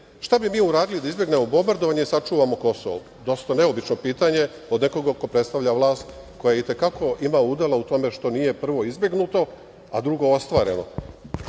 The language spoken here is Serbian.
šta bi mi uradili da izbegnemo bombardovanje i sačuvamo Kosovo? Dosta neobično pitanje od nekoga ko predstavlja vlast koja i te kako ima udela u tome što nije prvo izbegnuto, a drugo ostvareno. Bilo